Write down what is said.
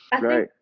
right